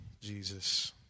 Jesus